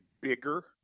bigger